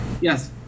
Yes